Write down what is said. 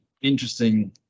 interesting